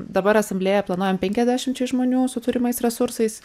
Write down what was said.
dabar asamblėja planuojam penkiasdešimčiai žmonių su turimais resursais